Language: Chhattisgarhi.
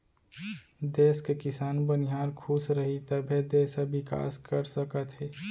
देस के किसान, बनिहार खुस रहीं तभे देस ह बिकास कर सकत हे